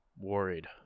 worried